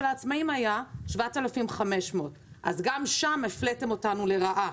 העצמאים היה 7,500. אז גם שם הפליתם אותם לרעה.